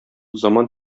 заман